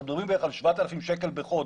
כשאנחנו מדברים על 7,000 שקל בחודש,